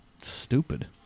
stupid